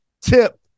tip